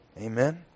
Amen